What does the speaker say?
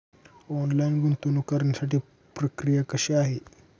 Online गुंतवणूक करण्यासाठी प्रक्रिया कशी आहे?